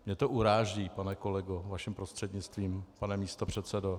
Mě to uráží, pane kolego, vaším prostřednictvím, pane místopředsedo.